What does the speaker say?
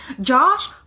Josh